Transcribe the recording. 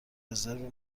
رزرو